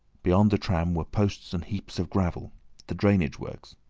beyond the tram were posts and heaps of gravel the drainage works.